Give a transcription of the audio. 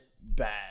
bad